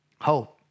Hope